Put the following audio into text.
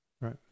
Right